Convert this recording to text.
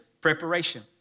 preparation